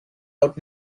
out